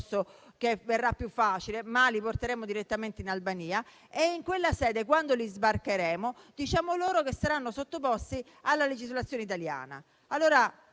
come sarebbe più facile, ma direttamente in Albania e in quella sede, quando li sbarcheremo, diremo loro che saranno sottoposti alla legislazione italiana.